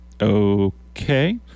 Okay